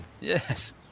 Yes